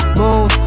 move